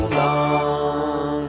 long